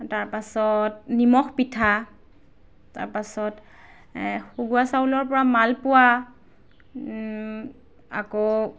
তাৰপাছত নিমখ পিঠা তাৰপাছত চাউলৰ পৰা মালপোৱা আকৌ